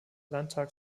landtag